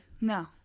No